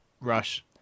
Rush